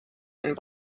and